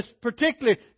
particularly